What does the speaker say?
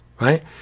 right